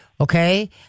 Okay